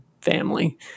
family